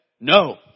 no